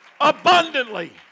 Abundantly